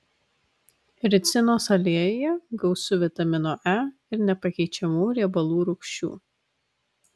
ricinos aliejuje gausu vitamino e ir nepakeičiamų riebalų rūgščių